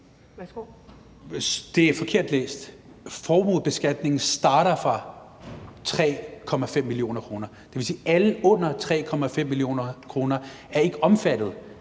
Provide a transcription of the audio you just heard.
Det er forkert læst. Formuebeskatningen starter fra 3,5 mio. kr. Det vil sige, at alle, der har en formue